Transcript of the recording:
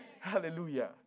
Hallelujah